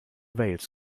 wales